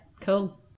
cool